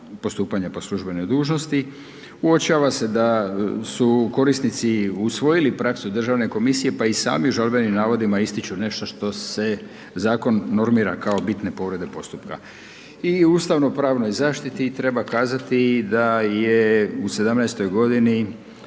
postupanja po službenoj dužnosti, uočava se da su korisnici usvojili praksu Državne komisije pa i sami u žalbenim navodima ističu nešto što se zakon normira kao bitne povrede postupka. I o ustavno-pravnoj zaštiti treba kazati da je u 2017. g.